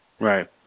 Right